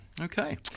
Okay